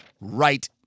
right